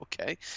okay